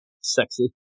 Sexy